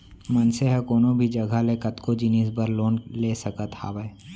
मनसे ह कोनो भी जघा ले कतको जिनिस बर लोन ले सकत हावय